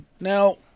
Now